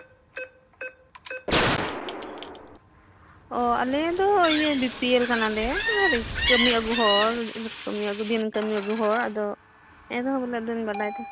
ᱚ ᱟᱞᱮ ᱫᱚ ᱵᱤ ᱯᱤ ᱮᱞ ᱠᱟᱱᱟᱞᱮ ᱠᱟᱹᱢᱤ ᱟᱜᱩ ᱦᱚᱲ ᱠᱟᱹᱢᱤ ᱟᱹᱜᱩ ᱫᱤᱱ ᱠᱟᱹᱢᱤ ᱟᱹᱜᱩ ᱦᱚᱲ ᱟᱫᱚ ᱮᱱᱨᱮᱦᱚᱸ ᱵᱚᱞᱮ ᱵᱟᱰᱟᱭ ᱮᱫᱟ